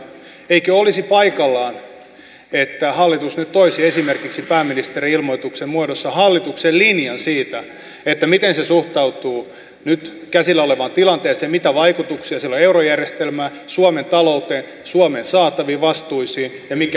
eikö olisi paikallaan että hallitus nyt toisi esimerkiksi pääministerin ilmoituksen muodossa hallituksen linjan siitä miten se suhtautuu nyt käsillä olevaan tilanteeseen mitä vaikutuksia sillä on eurojärjestelmään suomen talouteen suomen saataviin vastuisiin ilmoituksen siitä mikä on hallituksen linja